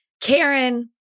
Karen